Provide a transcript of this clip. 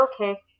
Okay